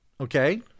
okay